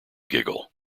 giggle